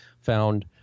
found